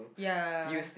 ya